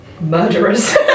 murderers